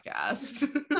podcast